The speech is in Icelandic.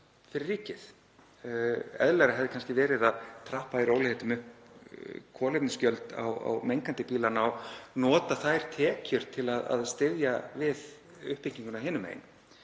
fyrir ríkið. Eðlilegra hefði kannski verið að trappa í rólegheitum upp kolefnisgjöld á mengandi bílana og nota þær tekjur til að styðja við uppbygginguna hinum megin